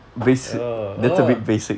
oh oh